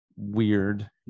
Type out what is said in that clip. weird